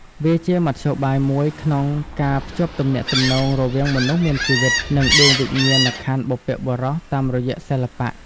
វាជាមធ្យោបាយមួយក្នុងការភ្ជាប់ទំនាក់ទំនងរវាងមនុស្សមានជីវិត និងដួងវិញ្ញាណក្ខន្ធបុព្វបុរសតាមរយៈសិល្បៈ។